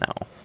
No